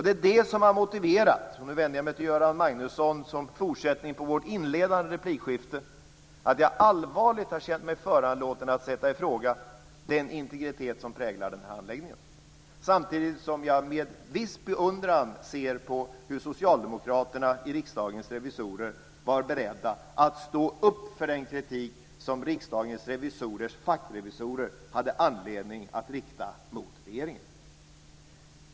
Det är det som har motiverat - och nu vänder jag mig till Göran Magnusson som fortsättning på vårt inledande replikskifte - att jag allvarligt har känt mig föranlåten att sätta ifråga den integritet som präglar den här handläggningen, samtidigt som jag med viss beundran ser på hur socialdemokraterna i Riksdagens revisorer var beredda att stå upp för den kritik som Riksdagens revisorers fackrevisorer hade anledning att rikta mot regeringen.